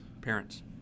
Parents